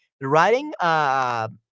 writing